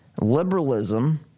liberalism